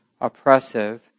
oppressive